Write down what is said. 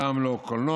גם לא קולנוע,